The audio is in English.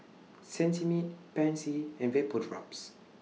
Cetrimide Pansy and Vapodrops